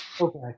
okay